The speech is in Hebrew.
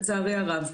לצערי הרב.